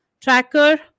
tracker